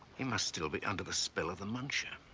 he must still be under the spell of the muncher.